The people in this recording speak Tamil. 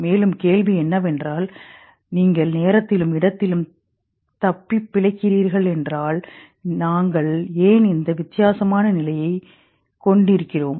மேலும் கேள்வி என்னவென்றால் நீங்கள் நேரத்திலும் இடத்திலும் தப்பிப்பிழைக்கிறீர்கள் என்றால் நாங்கள் ஏன் இந்த வித்தியாசமான நிலையைக் கொண்டிருக்கிறோம்